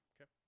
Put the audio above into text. Okay